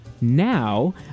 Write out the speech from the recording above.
now